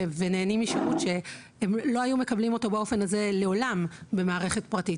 ונהנים משירות שהם לא היו מקבלים באופן הזה לעולם במערכת פרטית.